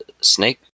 Snake